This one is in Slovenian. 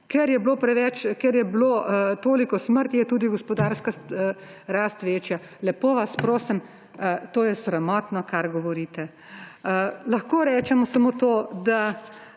ker je bilo toliko smrti, je tudi gospodarska rast večja. Lepo vas prosim, to je sramotno, kar govorite. Lahko rečem samo to, da